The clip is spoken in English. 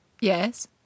yes